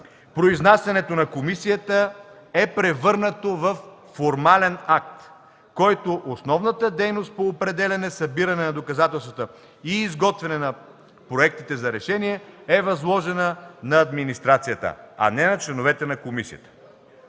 Произнасянето на комисията е превърнато във формален акт, като основната дейност по определяне, събиране на доказателства и изготвяне на проектите за решения е възложена на администрацията, а не на членовете на комисията.